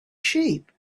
sheep